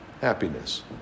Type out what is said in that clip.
happiness